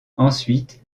ensuite